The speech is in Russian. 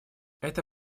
это